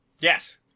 Yes